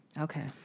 Okay